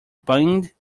bind